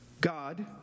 God